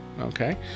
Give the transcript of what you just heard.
Okay